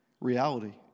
reality